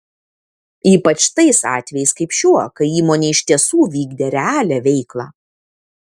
ypač tais atvejais kaip šiuo kai įmonė iš tiesų vykdė realią veiklą